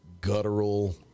guttural